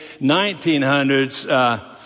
1900s